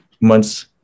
months